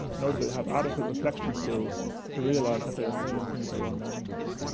nor do they have adequate reflection skills to realize that they are failing to meet their own learning goals.